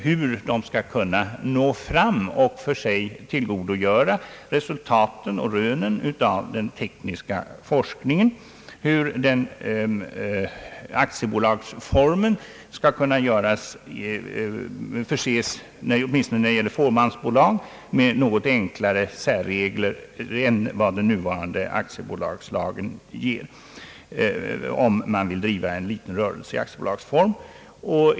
Det gäller vidare hur småföretagen skall kunna tillgodogöra sig resultaten och rönen av den tekniska forskningen och hur aktiebolagsformen skall kunna förses åtminstone när det gäller fåmansbolagen med något enklare särregler än den nuvarande aktiebolagslagen har, om man vill driva en liten rörelse i aktiebolagsform.